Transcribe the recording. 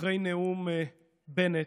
אחרי נאום בנט,